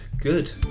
good